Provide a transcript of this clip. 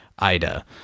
ida